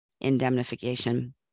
indemnification